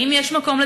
האם יש מקום,